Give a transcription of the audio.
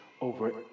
over